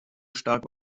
stark